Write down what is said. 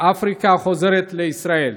ואפריקה חוזרת לישראל.